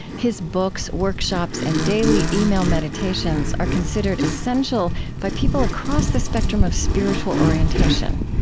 his books, workshops, and daily email meditations are considered essential by people across the spectrum of spiritual orientation.